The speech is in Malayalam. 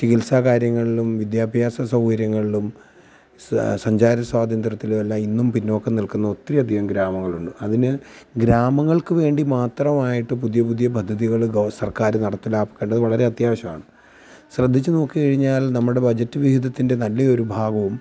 ചികിത്സാ കാര്യങ്ങളിലും വിദ്യാഭ്യാസ സൗകര്യങ്ങളിലും സഞ്ചാര സ്വാതന്ത്ര്യത്തിലുമെല്ലാം ഇന്നും പിന്നോക്കം നിൽക്കുന്ന ഒത്തിരി അധികം ഗ്രാമങ്ങളുണ്ട് അതിന് ഗ്രാമങ്ങൾക്ക് വേണ്ടി മാത്രമായിട്ട് പുതിയ പുതിയ പദ്ധതികൾ സർക്കാർ നടപ്പിലാക്കേണ്ടത് വളരെ അത്യാവശ്യമാണ് ശ്രദ്ധിച്ചു നോക്കിക്കഴിഞ്ഞാൽ നമ്മുടെ ബഡ്ജറ്റ് വിഹിതത്തിൻ്റെ നല്ലയൊരു ഭാഗവും